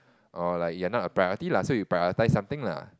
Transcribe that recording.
or like you are not a priority lah so you prioritize something lah